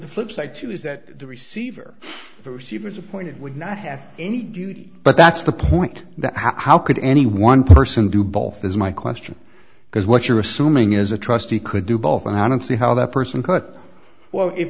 the flip side too is that the receiver she was appointed would not have any duty but that's the point that how could any one person do both is my question because what you're assuming is a trustee could do both and i don't see how that person could well if